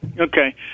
Okay